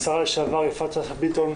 השר לשעבר יפעת שאשא ביטון,